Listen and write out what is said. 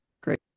Great